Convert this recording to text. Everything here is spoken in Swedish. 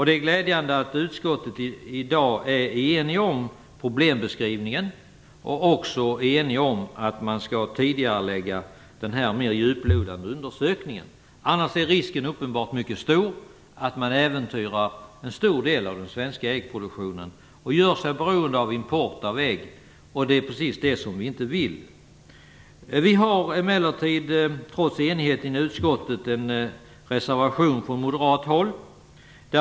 Det är glädjande att utskottet i dag är enigt om problembeskrivningen och om att man skall tidigarelägga den här mera djuplodande undersökningen. I annat fall är risken uppenbarligen mycket stor att man äventyrar en stor del av den svenska äggproduktionen och gör sig beroende av import av ägg. Det är precis det vi inte vill. Trots enigheten i utskottet har vi en reservation från moderat håll.